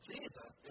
Jesus